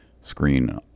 screen